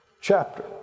chapter